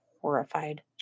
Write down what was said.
horrified